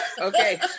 Okay